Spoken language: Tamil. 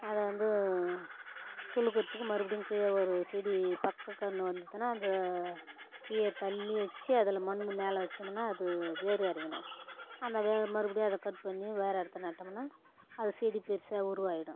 அதை வந்து துளுர்க்குறதுக்கு மறுபடியும் கீழே வரும் செடி பக்கம் கன்று வந்ததுனா அதை கீழே தள்ளி வச்சி அதில் மண் மேலே வச்சோமுன்னா அது வேர் இறங்கிடும் அந்த வேர் மறுபடியும் அதை கட் பண்ணி வேறே இடத்துல நட்டோம்னா அது செடி பெருசாக உருவாகிடும்